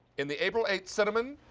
in the april eight cinnamon.